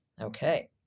Okay